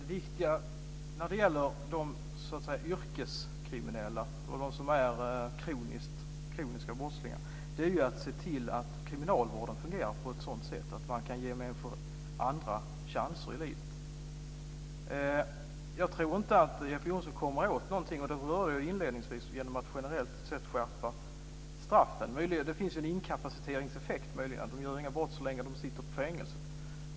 Fru talman! Det viktiga när det gäller de yrkeskriminella och de kroniska brottslingarna är att se till att kriminalvården fungerar på ett sådant sätt att man kan ge människor andra chanser i livet. Jag tror inte att Jeppe Johnsson kommer åt någonting genom att generellt skärpa straffen, vilket jag berörde inledningsvis. Det finns en inkapaciteringseffekt, så att de inte begår några brott så länge de sitter i fängelse.